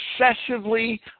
excessively